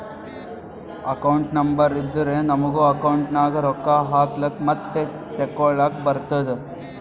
account number ಇದ್ದುರೆ ನಮುಗ account ನಾಗ್ ರೊಕ್ಕಾ ಹಾಕ್ಲಕ್ ಮತ್ತ ತೆಕ್ಕೊಳಕ್ಕ್ ಬರ್ತುದ್